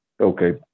Okay